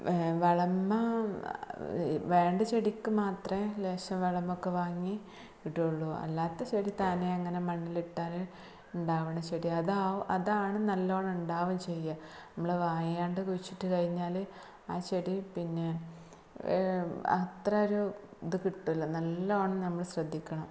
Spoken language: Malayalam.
വളം വേണ്ട ചെടിക്ക് മാത്രമേ ലേശം വളമൊക്കെ വാങ്ങി ഇടുകയുള്ളൂ അല്ലാത്ത ചെടി താനേ അങ്ങനെ മണ്ണിലിട്ടാല് ഉണ്ടാവുന്ന ചെടിയാണ് അതാണ് ആ അതാണ് നലവണ്ണം ഉണ്ടാവും ചെയ്യാം നമ്മള് വായാണ്ട് കുഴിച്ചിട്ടുകഴിഞ്ഞാല് ആ ചെടി പിന്നെ അത്ര ഒരു ഇത് കിട്ടില്ല നല്ലവണ്ണം നമ്മള് ശ്രദ്ധിക്കണം